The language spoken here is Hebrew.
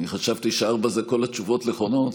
אני חשבתי שארבע זה כל התשובות נכונות.